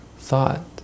thought